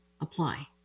apply